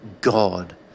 God